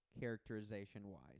characterization-wise